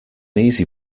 easy